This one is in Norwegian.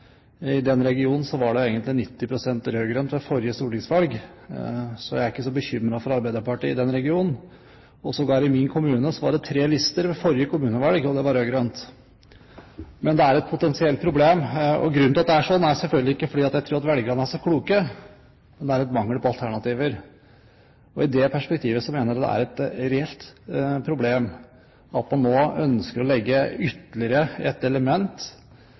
i den regionen var det egentlig 90 pst. rød-grønt ved forrige stortingsvalg, så jeg er ikke så bekymret for Arbeiderpartiet i den regionen – og i min kommune var det sågar tre lister ved forrige kommunevalg, og de var rød-grønne – men det er et potensielt problem. Grunnen til at det er slik, er selvfølgelig ikke at velgerne er så kloke, men det er mangel på alternativer. I det perspektivet mener jeg det er et reelt problem at man nå ønsker å legge til ytterligere et element